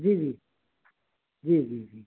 जी जी जी जी जी